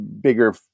bigger